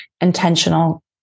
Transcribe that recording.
intentional